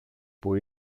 που